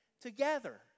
together